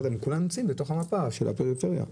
אבל כולן נמצאות בתוך המפה של הפריפריה.